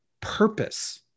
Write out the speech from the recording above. purpose